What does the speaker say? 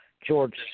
George